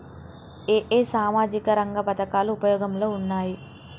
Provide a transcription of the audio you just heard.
ఏ ఏ సామాజిక రంగ పథకాలు ఉపయోగంలో ఉన్నాయి?